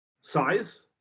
size